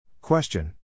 Question